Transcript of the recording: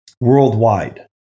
worldwide